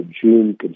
June